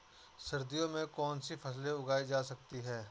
सर्दियों में कौनसी फसलें उगाई जा सकती हैं?